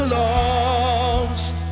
lost